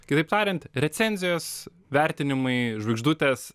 kitaip tariant recenzijos vertinimai žvaigždutės